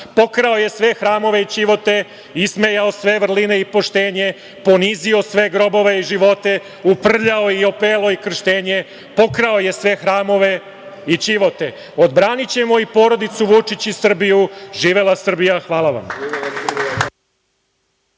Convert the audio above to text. „Pokrao je sve hramove i ćivote, ismejao sve vrline i poštenje, ponizio sve grobove i živote, uprljao i opelo i krštenje, pokrao je sve hramove i ćivote“. Odbranićemo i porodicu Vučić i Srbiju. Živela Srbija. Hvala vam.